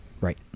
right